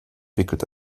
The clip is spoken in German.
wickelt